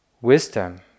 wisdom